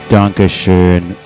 Dankeschön